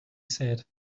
said